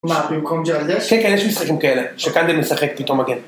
מה, הוא קומג'לדס? כן, כן, יש לי סג'ונקה, אלה. שכן, דמיין, זה חלק פתאום, אגב.